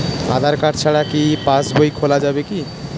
আধার card ছাড়া কি পাসবই খোলা যাবে কি?